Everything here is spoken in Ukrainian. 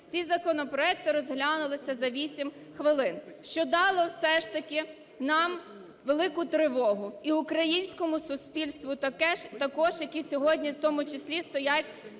всі законопроекти розглянулись за 8 хвилин, що дало все ж таки нам велику тривогу і українському суспільству також, які сьогодні в тому числі стоять